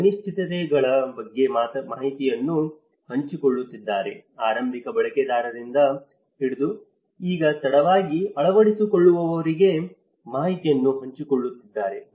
ಅನಿಶ್ಚಿತತೆಗಳ ಬಗ್ಗೆ ಮಾಹಿತಿಯನ್ನು ಹಂಚಿಕೊಳ್ಳುತ್ತಿದ್ದಾರೆ ಆರಂಭಿಕ ಬಳಕೆದಾರರಿಂದ ಹಿಡಿದು ಈಗ ತಡವಾಗಿ ಅಳವಡಿಸಿಕೊಳ್ಳುವವರವರೆಗೆ ಮಾಹಿತಿಯನ್ನು ಹಂಚಿಕೊಳ್ಳುತ್ತಿದ್ದಾರೆ